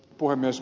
puhemies